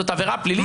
זאת עבירה פלילית.